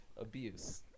Abuse